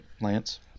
Lance